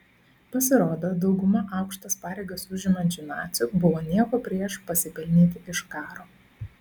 pasirodo dauguma aukštas pareigas užimančių nacių buvo nieko prieš pasipelnyti iš karo